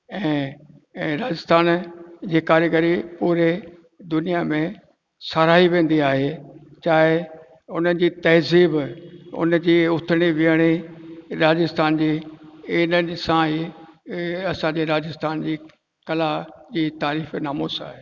ऐं ऐं राजस्थान जी कारीग़री पूरे दुनिया में साराही वेंदी आहे चाहे उन जी तहज़ीब उन जी उथणी वेहणी राजस्थान जी हिननि सां ई असांजे राजस्थान जी कला जी तारीफ़ नामूस आहे